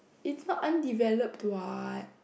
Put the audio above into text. it's not undeveloped what